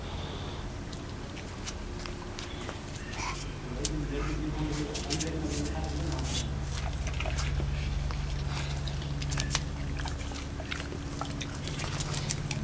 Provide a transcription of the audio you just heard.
ᱵᱟᱹᱲᱤᱡ ᱞᱮᱱᱠᱷᱟᱱ ᱡᱩᱫᱤ ᱟᱹᱞᱤᱧ ᱴᱷᱮᱱ ᱵᱮᱱ ᱟᱜᱩᱭᱟ ᱮᱱᱠᱷᱟᱱ ᱫᱚ ᱱᱟᱣᱟ ᱱᱟᱜ ᱵᱮᱱ ᱧᱟᱢᱟ